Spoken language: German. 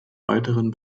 weiteren